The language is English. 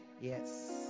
Yes